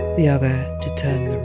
the other to turn